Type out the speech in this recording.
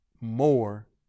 more